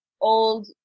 old